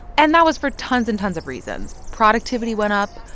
and that was for tons and tons of reasons. productivity went up.